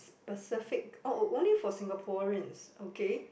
specific oh oh only for Singaporeans okay